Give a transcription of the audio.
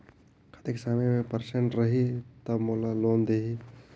कतेक समय और परसेंट रही तब मोला लोन देही?